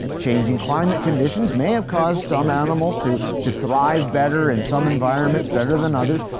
ah changing climate conditions may have caused some animals to to thrive better in some environments better than others,